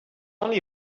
only